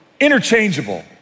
interchangeable